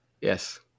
Yes